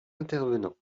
intervenants